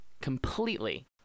completely